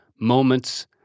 moments